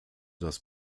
das